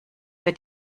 wird